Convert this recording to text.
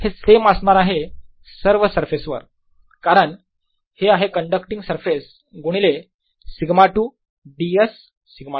हे सेम असणार आहे सर्व सरफेसवर कारण हे आहे कण्डक्टींग सरफेस गुणिले σ2 ds σ2